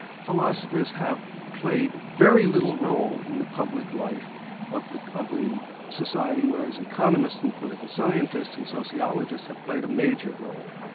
philosophers have played very little role in the public life of the of the society, whereas economists and political scientists and sociologists, have played a major role.